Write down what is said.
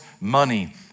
money